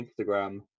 Instagram